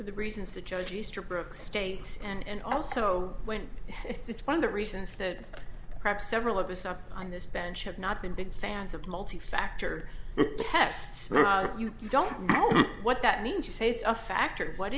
the reasons the judge easterbrook states and also when it's one of the reasons that perhaps several of us up on this bench have not been big fans of multifactor tests you don't know what that means you say it's a factor what